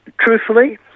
Truthfully